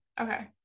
Okay